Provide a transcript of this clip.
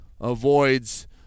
avoids